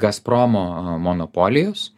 gazpromo monopolijos